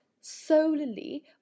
solely